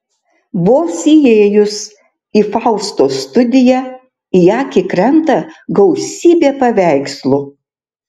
vos įėjus į faustos studiją į akį krenta gausybė paveikslų